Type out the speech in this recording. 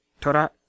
Tora